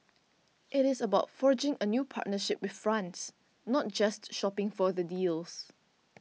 it is about forging a new partnership with France not just shopping for the deals